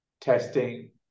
testing